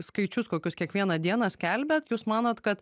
skaičius kokius kiekvieną dieną skelbiat jūs manot kad